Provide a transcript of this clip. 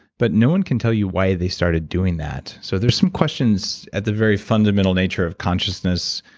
but no one can tell you why they started doing that. so there's some questions at the very fundamental nature of consciousness,